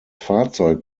fahrzeug